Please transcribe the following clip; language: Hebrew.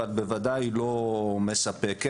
אבל בוודאי לא מספקת.